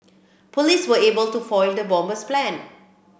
police were able to foil the bomber's plan